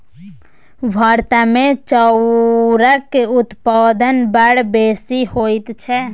भारतमे चाउरक उत्पादन बड़ बेसी होइत छै